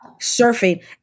surfing